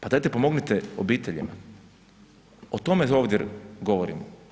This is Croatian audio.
Pa dajte pomognite obiteljima, o tome ovdje govorimo.